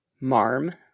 Marm